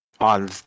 on